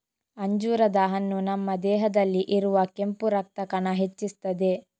ಅಂಜೂರದ ಹಣ್ಣು ನಮ್ಮ ದೇಹದಲ್ಲಿ ಇರುವ ಕೆಂಪು ರಕ್ತ ಕಣ ಹೆಚ್ಚಿಸ್ತದೆ